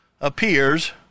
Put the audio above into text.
appears